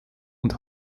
und